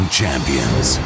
champions